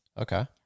Okay